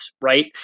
Right